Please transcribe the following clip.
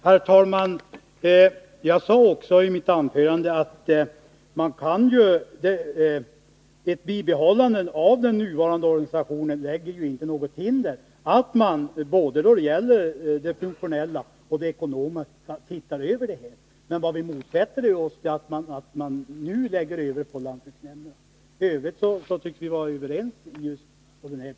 Herr talman! Jag sade också i mitt anförande att ett bibehållande av den nuvarande organisationen inte reser något hinder mot en översyn av både den funktionella och den ekonomiska sidan av verksamheten. Men vad vi motsätter oss är att länsveterinärsorganisationen överförs till lantbruksnämnderna. I övrigt tycks vi vara överens på den här punkten.